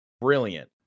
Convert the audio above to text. brilliant